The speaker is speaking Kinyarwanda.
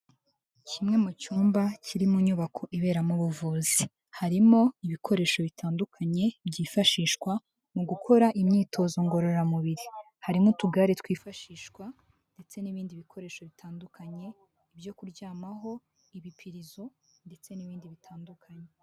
Kimwe mu cyumba kiri mu nyubako iberamo ubuvuzi, harimo ibikoresho bitandukanye byifashishwa mu gukora imyitozo ngororamubiri, hari nkutugare twifashishwa ndetse n'ibindi bikoresho bitandukanye ibyo kuryamaho, ibipirizo ndetse n'ibindi bitandukanye.